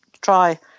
try